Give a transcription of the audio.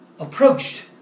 Approached